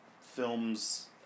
films